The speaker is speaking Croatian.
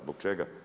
Zbog čega?